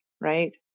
right